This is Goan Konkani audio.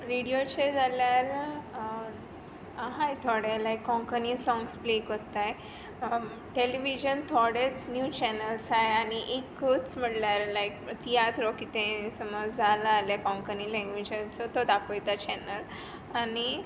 रेडयोचेर जाल्यार आसात थोडे लायक कोंकणी सॉग्स प्ले करता टॅलिविजन थोडेच न्यू चॅनल्स आय आनी एकूच म्हणल्यार लायक तियात्रवा कितें समोज जालां आल्या कोंकणी लँग्वेजाचो तो दाखयता चॅनल आनी